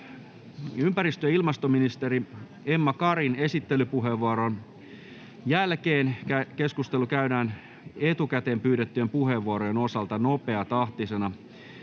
Ympäristö- ja ilmastoministeri Emma Karin esittelypuheenvuoron jälkeen keskustelu käydään etukäteen pyydettyjen puheenvuorojen osalta nopeatahtisena.